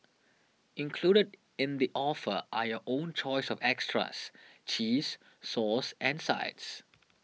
included in the offer are your own choice of extras cheese sauce and sides